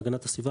הגנת הסביבה,